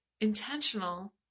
intentional